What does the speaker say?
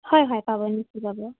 হয় হয় পাব নিশ্চয় পাব